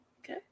Okay